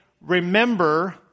remember